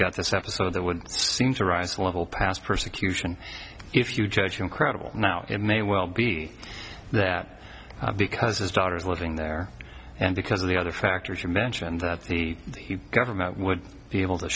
got this episode that would seem to rise a level past persecution if you judge him credible now it may well be that because his daughter is living there and because of the other factors you mention that the government would be able to